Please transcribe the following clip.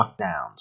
lockdowns